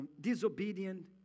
disobedient